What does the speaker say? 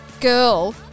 girl